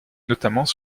notamment